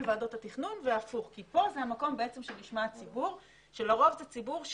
ועדות התכנון והפוך כי פה זה המקום שנשמע הציבור כאשר לרוב הציבור,